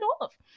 off